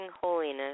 holiness